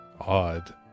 odd